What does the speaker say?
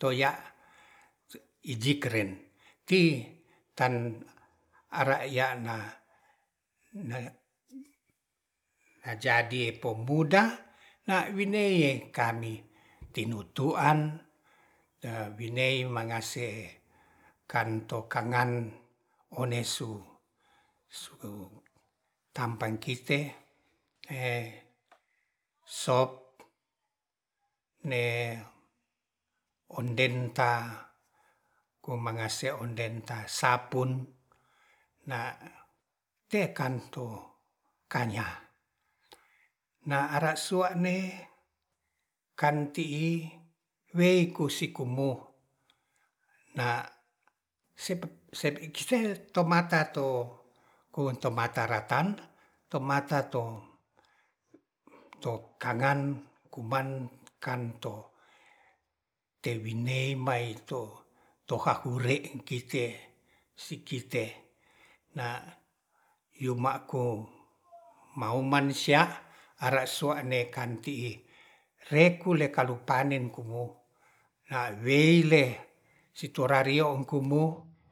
toya ijik keren ti tan ara yana ajadi pombuda na wineiye kami tinutuan winei mangase kanto kangan one su su tampan kit sok ne onden ta komangase onde ta sapun na tekan to kanya na ara sua'ne kan ti'i weiku sikumo na tomata to kuon tomata ratan tomata to kangan kuman kamto tewinei mai to to toha ure kite sikite na yuima'ko mauman sia are sua'ne kanti'i rekule kalupanen kuo nawile sitorario komu